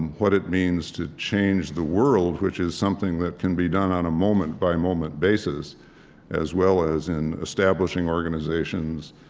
what it means to change the world, which is something that can be done on a moment-by-moment basis as well as in establishing organizations,